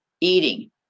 eating